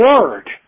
word